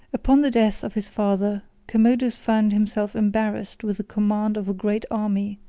upon the death of his father, commodus found himself embarrassed with the command of a great army,